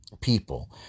people